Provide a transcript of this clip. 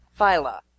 Phyla